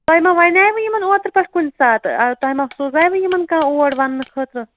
تۄہہِ ما وَنیٛاوٕ یِمَن اوترٕ پٮ۪ٹھ کُنہِ ساتہٕ تۄہہِ ما سوٗزایوٕ یِمَن کانٛہہ اور وَننہٕ خٲطرٕ